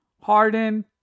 Harden